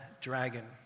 dragon